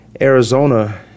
Arizona